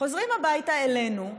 חוזרים הביתה אלינו,